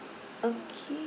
okay